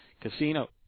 casino